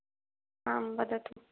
आं वदतु